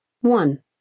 One